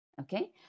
okay